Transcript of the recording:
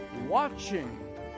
watching